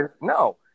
No